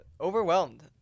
Overwhelmed